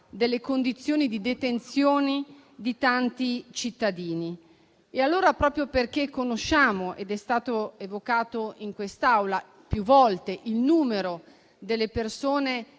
delle condizioni di detenzione di tanti cittadini. Proprio perché conosciamo, essendo stato evocato in quest'Aula più volte, il numero delle persone